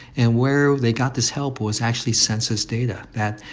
and where they got this help was actually census data, that,